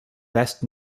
best